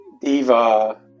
Diva